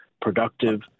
productive